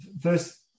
first